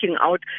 out